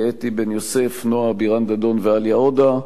לאתי בן-יוסף, נועה בירן-דדון ועאליה עודה,